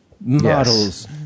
models